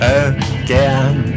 again